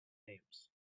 names